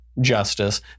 justice